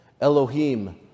Elohim